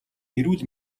эрүүл